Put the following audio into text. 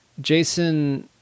Jason